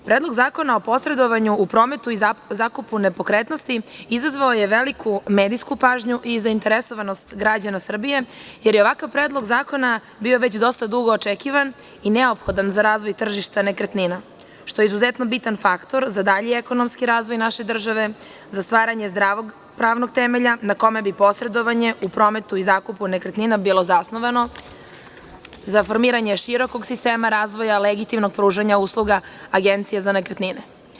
Predlog zakona o posredovanju u prometu i zakupu nepokretnosti izazvao je veliku medijsku pažnju i zainteresovanost građana Srbije, jer je ovakav predlog zakona bio već dosta dugo očekivan i neophodan za razvoj tržišta nekretnina, što je izuzetno bitan faktor za dalji ekonomski razvoj naše države, za stvaranje zdravog pravnog temelja na kome bi posredovanje u prometu i zakupu nekretnina bilo zasnovano za formiranje širokog sistema razvoja, legitimnog pružanja usluga Agencije za nekretnine.